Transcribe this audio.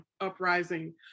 uprising